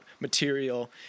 material